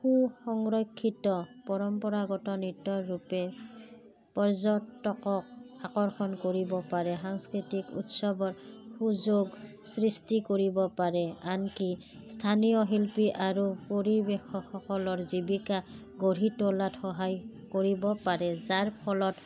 সুসংৰক্ষিত পৰম্পৰাগত নৃত্যৰ ৰূপে পৰ্যটকক আকৰ্ষণ কৰিব পাৰে সাংস্কৃতিক উৎসৱৰ সুযোগ সৃষ্টি কৰিব পাৰে আনকি স্থানীয় শিল্পী আৰু পৰিৱেশকসকলৰ জীৱিকা গঢ়ি তোলাত সহায় কৰিব পাৰে যাৰ ফলত